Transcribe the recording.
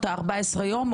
או את ה-14 ימים,